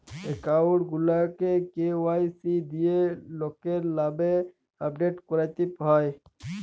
account গুলাকে KYC দিঁয়ে লকের লামে আপডেট ক্যরতে হ্যয়